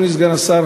אדוני סגן השר,